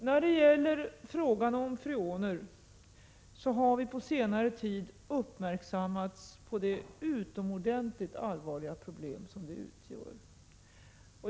När det gäller frågan om freoner har vi på senare tid uppmärksammats på det utomordentligt allvarliga problem som de utgör.